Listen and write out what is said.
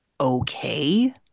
okay